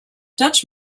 dutch